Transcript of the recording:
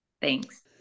Thanks